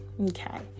okay